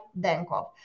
Denkov